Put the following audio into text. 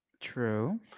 True